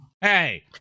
Hey